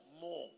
more